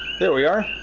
there we are.